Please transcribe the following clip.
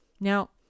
Now